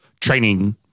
training